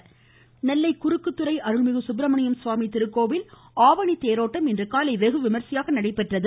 மமமமம கோவில் நெல்லை குறுக்குத்துறை அருள்மிகு சுப்ரமண்ய சுவாமி திருக்கோவில் ஆவணி தேரோட்டம் இன்று காலை வெகு விமரிசையாக நடைபெற்றது